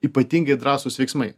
ypatingai drąsūs veiksmai